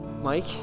Mike